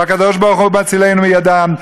והקדוש-ברוך-הוא מצילנו מידם,